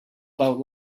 about